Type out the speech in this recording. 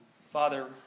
Father